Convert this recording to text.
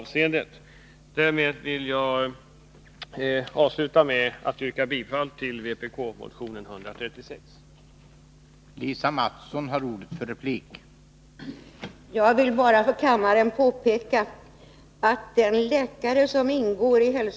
Därmed vill jag avsluta med att yrka bifall till vpk-motion 1981/82:136.